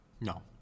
No